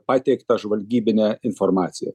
pateikta žvalgybine informacija